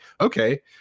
okay